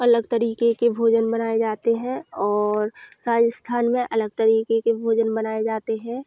अलग तरीके के भोजन बनाए जाते हैं और राजस्थान में अलग तरीके के भोजन बनाए जाते हैं